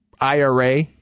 IRA